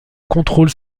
contrôle